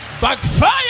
Backfire